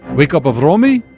wake up avrumi?